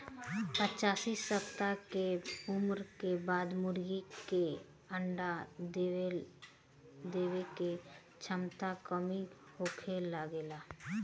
पच्चीस सप्ताह के उम्र के बाद मुर्गी के अंडा देवे के क्षमता में कमी होखे लागेला